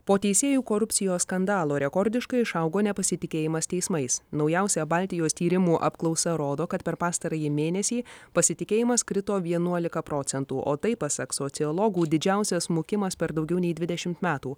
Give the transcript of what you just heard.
po teisėjų korupcijos skandalo rekordiškai išaugo nepasitikėjimas teismais naujausia baltijos tyrimų apklausa rodo kad per pastarąjį mėnesį pasitikėjimas krito vienuolika procentų o tai pasak sociologų didžiausias smukimas per daugiau nei dvidešim metų